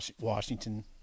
Washington